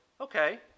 okay